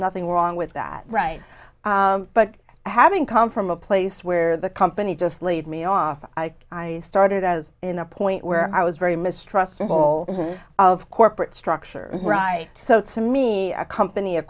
nothing wrong with that right but having come from a place where the company just laid me off i started i was in a point where i was very mistrustful of corporate structure right so to me a company a